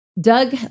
Doug